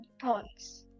thoughts